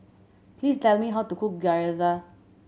please tell me how to cook Gyoza